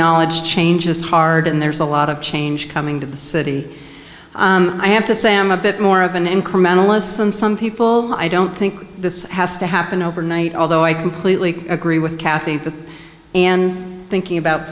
knowledge change is hard and there's a lot of change coming to the city i have to say i am a bit more of an incrementalist than some people i don't think this has to happen overnight although i completely agree with kathy in thinking about